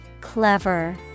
Clever